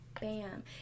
bam